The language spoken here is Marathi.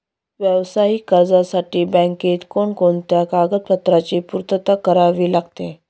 व्यावसायिक कर्जासाठी बँकेत कोणकोणत्या कागदपत्रांची पूर्तता करावी लागते?